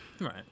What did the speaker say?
Right